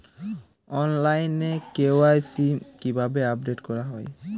অনলাইনে কে.ওয়াই.সি কিভাবে আপডেট করা হয়?